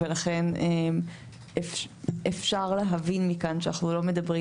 ולכן אפשר להבין מכאן שאנחנו לא מדברים